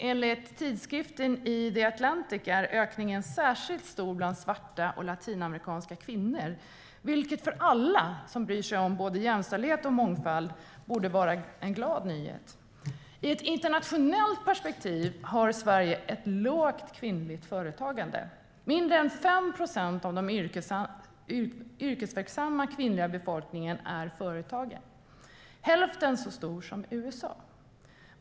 Enligt tidskriften The Atlantic är ökningen särskilt stor bland svarta och latinamerikanska kvinnor, vilket för alla som bryr sig om både jämställdhet och mångfald borde vara en glad nyhet. I ett internationellt perspektiv har Sverige ett lågt kvinnligt företagande. Mindre än 5 procent av den yrkesverksamma kvinnliga befolkningen här är företagare, hälften så många som i USA.